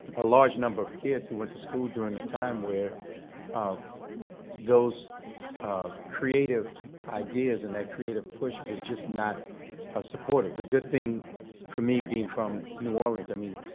a large number of kids who went to school during a time where those ah creative ideas and that creative push was just not ah supportive. the good thing for me being from new orleans, i mean,